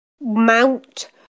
Mount